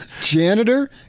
Janitor